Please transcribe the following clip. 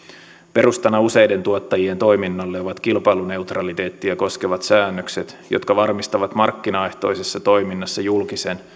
perustana useiden tuottajien toiminnalle ovat kilpailuneutraliteettia koskevat säännökset jotka varmistavat markkinaehtoisessa toiminnassa julkisen